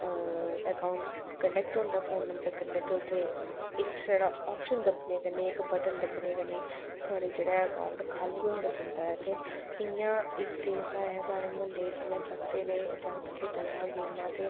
अ account connect होंदा phone number कन्नै ते उत्थै इक छड़ा आप्शन दब्बने कन्नै इक बटन दब्बने कन्नै थुआढ़ा जेह्ड़ा अकाउंट खाल्ली होंदा जंदा ऐ ते जि'यां इक केस आया हा साढ़े म्हल्ले जि'यां जागतै ने जागत खेढा दा हा गेम्मां ते